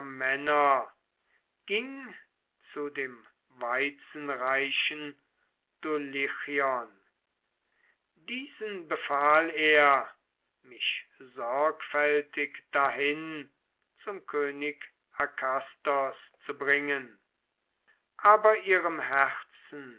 männer ging zu dem weizenreichen dulichion diesen befahl er mich sorgfältig dahin zum könig akastos zu bringen aber ihrem herzen